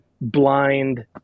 blind